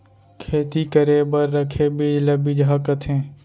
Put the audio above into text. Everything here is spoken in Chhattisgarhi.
खेती करे बर रखे बीज ल बिजहा कथें